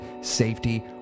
safety